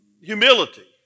humility